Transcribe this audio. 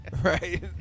Right